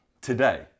today